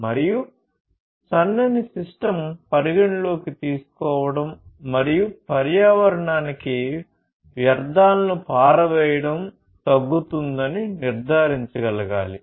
మరియు సన్నని system పరిగణనలోకి తీసుకోవడం మరియు పర్యావరణానికి వ్యర్థాలను పారవేయడం తగ్గుతుందని నిర్ధారించగలగాలి